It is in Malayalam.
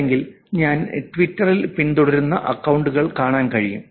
അല്ലെങ്കിൽ ഞാൻ ട്വിറ്ററിൽ പിന്തുടരുന്ന അക്കൌണ്ടുകൾ കാണാൻ കഴിയും